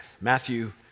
Matthew